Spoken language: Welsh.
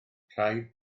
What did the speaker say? rhaid